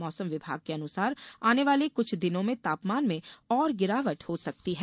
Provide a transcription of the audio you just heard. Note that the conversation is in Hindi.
मौसम विभाग के अनुसार आने वाले कुछ दिनों में तापमान में और गिरावट हो सकती है